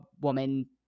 woman